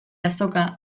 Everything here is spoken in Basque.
azoka